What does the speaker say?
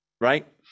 Right